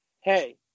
Hey